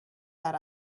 that